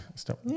Stop